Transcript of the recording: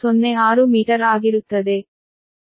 040406 metre ಆಗಿರುತ್ತದೆ